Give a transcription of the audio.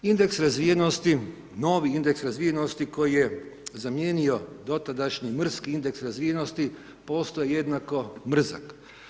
Indeks razvijenost, novi indeks razvijenost, koji je zamijenio dotadašnji mrski indeks razvijenosti, postoji jednako brzak.